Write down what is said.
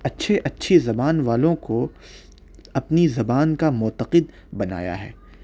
اچھی اچھی زبان والوں کو اپنی زبان کا معتقد بنایا ہے